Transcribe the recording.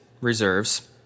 reserves